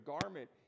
garment